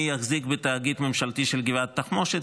מי יחזיק בתאגיד הממשלתי של גבעת התחמושת,